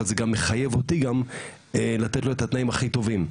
אבל זה גם מחייב אותי לתת לו את התנאים הכי טובים,